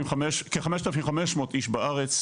כ-5,500 אנשים בארץ,